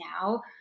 now